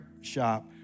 shop